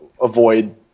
avoid